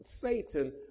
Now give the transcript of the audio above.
Satan